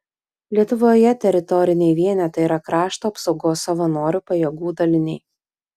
lietuvoje teritoriniai vienetai yra krašto apsaugos savanorių pajėgų daliniai